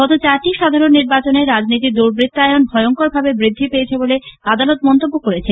গত চারটি সাধারণ নির্বাচনে রাজনীতির দুর্বৃত্তায়ন ভয়ঙ্কভাবে বৃদ্ধি পেয়েছে বলে আদালত মন্তব্য করেছে